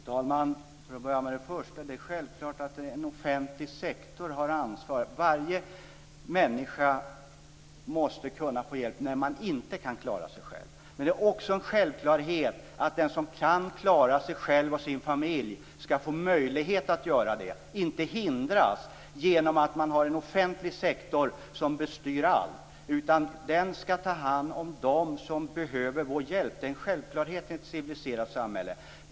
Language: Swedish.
Fru talman! Låt mig börja med det första. Det är självklart att en offentlig sektor har ansvar. Varje människa måste kunna få hjälp när hon inte kan klara sig själv. Men det är också en självklarhet att den som kan klara sig själv och sin familj skall få möjlighet att göra det och inte hindras av att man har en offentlig sektor som bestyr allt. Den skall ta hand om dem som behöver vår hjälp. Det är en självklarhet i ett civiliserat samhälle.